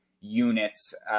units